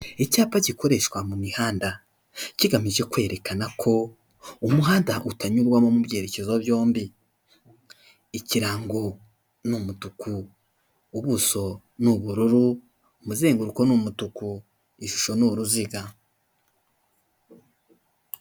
Icyapa gikoreshwa mu mihanda kigamije kwerekana ko umuhanda utanyurwamo mu byerekezo byombi, ikirango ni umutuku ubuso ni ubururu umuzenguruko ni umutuku ishusho ni uruziga.